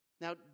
Now